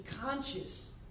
conscious